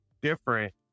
different